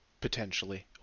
Potentially